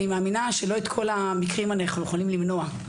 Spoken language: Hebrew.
אני מאמינה שלא את כל המקרים אנחנו יכולים למנוע,